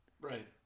right